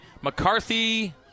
McCarthy